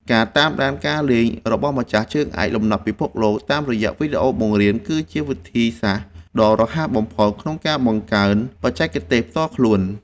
ការតាមដានការលេងរបស់ម្ចាស់ជើងឯកលំដាប់ពិភពតាមរយៈវីដេអូបង្រៀនគឺជាវិធីសាស្ត្រដ៏រហ័សបំផុតក្នុងការបង្កើនបច្ចេកទេសផ្ទាល់ខ្លួន។